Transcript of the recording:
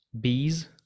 bees